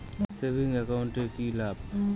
Savings account এর কি লাভ?